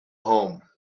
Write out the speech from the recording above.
home